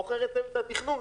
בוחר את צוות התכנון,